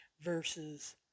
versus